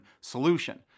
solution